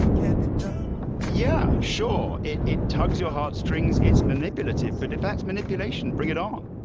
hand. yeah, sure, it it tugs your heart strings. it's manipulative, but if that's manipulation, bring it on.